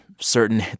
certain